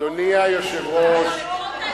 אדוני היושב-ראש,